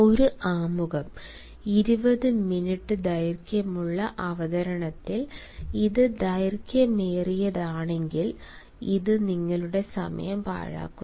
ഒരു ആമുഖം 20 മിനിറ്റ് ദൈർഘ്യമുള്ള അവതരണത്തിൽ ഇത് ദൈർഘ്യമേറിയതാണെങ്കിൽ ഇത് നിങ്ങളുടെ സമയം പാഴാക്കുന്നു